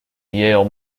yale